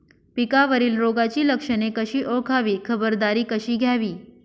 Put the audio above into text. पिकावरील रोगाची लक्षणे कशी ओळखावी, खबरदारी कशी घ्यावी?